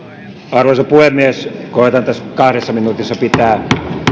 arvoisa puhemies koetan tässä kahdessa minuutissa pitää